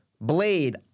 Blade